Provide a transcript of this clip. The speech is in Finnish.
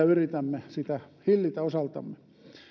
yritämme sitä hillitä osaltamme